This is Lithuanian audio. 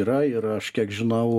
yra ir aš kiek žinau